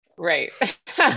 Right